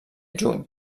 juny